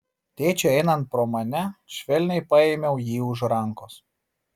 tėčiui einant pro mane švelniai paėmiau jį už rankos